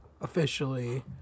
officially